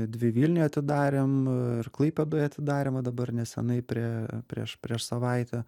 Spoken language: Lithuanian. dvi vilniuj atidarėm ir klaipėdoj atidarėm va dabar nesenai prie prieš prieš savaitę